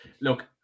look